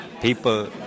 People